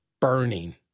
burning